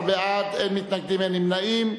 15 בעד, אין מתנגדים, אין נמנעים.